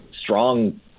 strong